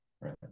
right